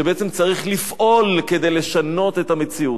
שבעצם צריך לפעול כדי לשנות את המציאות.